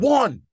one